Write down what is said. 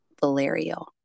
Valerio